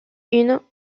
une